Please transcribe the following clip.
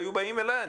היו באים אליי.